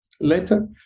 later